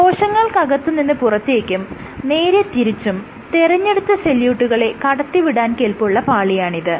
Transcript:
കോശങ്ങൾക്കകത്ത് നിന്ന് പുറത്തേക്കും നേരെ തിരിച്ചും തെരഞ്ഞെടുക്കപ്പെട്ട സൊല്യൂട്ടുകളെ കടത്തിവിടാൻ കെല്പുള്ള പാളിയാണിത്